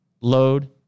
load